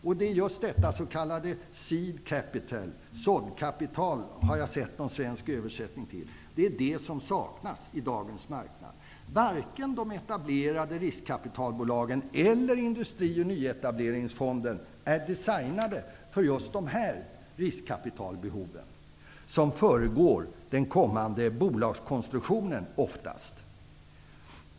Det är just detta s.k. seedcapital -- den svenska översättning som jag sett lyder såddkapital -- som i dagens marknad saknas. Varken de etablerade riskkapitalbolagen eller Industri och nyetableringsfonden är designade för dessa kapitalbehov, som oftast föregår en kommande bolagskonstruktion.